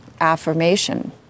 affirmation